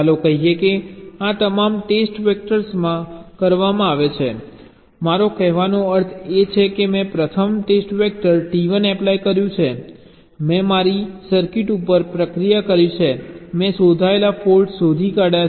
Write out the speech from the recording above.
ચાલો કહીએ કે આ તમામ ટેસ્ટ વેક્ટર્સમાં કરવામાં આવે છે મારો કહેવાનો અર્થ એ છે કે મેં પ્રથમ ટેસ્ટ વેક્ટર T1 એપ્લાય કર્યું છે મેં મારી સર્કિટ ઉપર પ્રક્રિયા કરી છે મેં શોધાયેલ ફોલ્ટ્સ શોધી કાઢ્યા છે